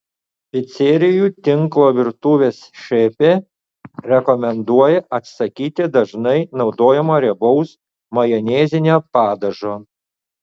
picerijų tinklo virtuvės šefė rekomenduoja atsisakyti dažnai naudojamo riebaus majonezinio padažo